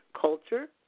culture